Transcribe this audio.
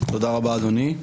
תודה רבה אדוני,